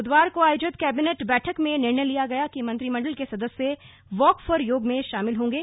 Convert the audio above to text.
ब्धवार को आयोजित कैबिनेट बैठक में निर्णय लिया गया कि मंत्रिमण्डल के सदस्य वॉक फॉर योग में शामिल होंगे